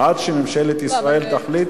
אלה שמדברים ומפריעים,